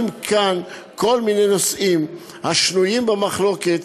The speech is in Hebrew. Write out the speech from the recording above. כאן כל מיני נושאים השנויים במחלוקת,